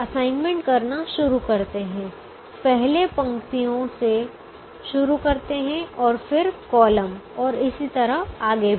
assignment करना शुरू करते हैं पहले पंक्तियों से शुरू करते हैं और फिर कॉलम और इसी तरह आगे भी